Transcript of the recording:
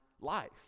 life